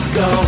go